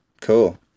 Cool